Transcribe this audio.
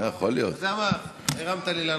אתה יודע מה, הרמת לי להנחתה.